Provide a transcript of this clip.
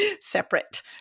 separate